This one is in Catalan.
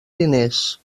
diners